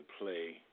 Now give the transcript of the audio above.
play